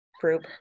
group